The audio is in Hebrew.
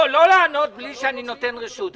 לא לענות בלי שאני נותן רשות.